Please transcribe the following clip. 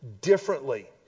differently